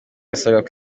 basabwaga